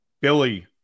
Billy